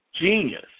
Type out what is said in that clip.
genius